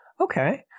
Okay